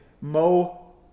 Mo